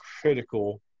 critical